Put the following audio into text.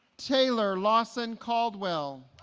taylor lawson caldwell